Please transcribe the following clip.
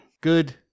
Good